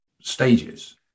stages